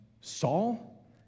Saul